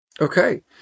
Okay